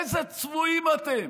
איזה צבועים אתם.